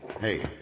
Hey